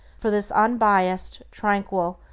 for this unbiased, tranquil,